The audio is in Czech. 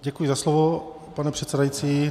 Děkuji za slovo, pane předsedající.